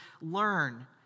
learn